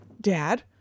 dad